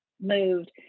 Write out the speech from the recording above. moved